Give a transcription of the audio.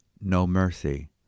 No-mercy